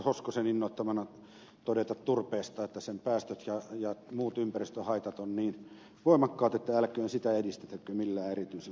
hoskosen innoittamana todeta turpeesta että sen päästöt ja muut ympäristöhaitat ovat niin voimakkaat että älköön sitä edistettäkö millään erityisellä konstilla